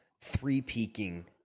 three-peaking